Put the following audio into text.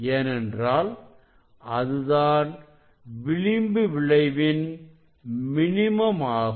ஏனென்றால் அதுதான் விளிம்பு விளைவின் மினிமம் ஆகும்